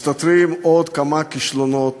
מסתתרים עוד כמה כישלונות